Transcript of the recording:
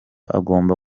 agomba